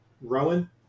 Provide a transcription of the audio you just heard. Rowan